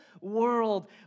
world